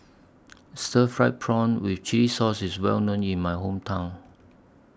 Stir Fried Prawn with Chili Sauce IS Well known in My Hometown